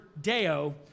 deo